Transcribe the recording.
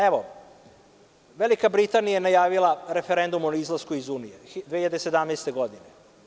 Evo, Velika Britanija je najavila referendum o izlasku iz Unije 2017. godine.